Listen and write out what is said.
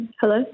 Hello